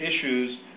issues